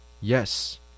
Yes